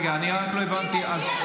רגע, רק לא הבנתי --- הינה,